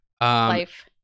life